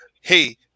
hey